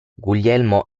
guglielmo